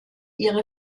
ihre